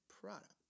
product